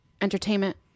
entertainment